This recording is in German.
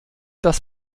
das